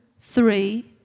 three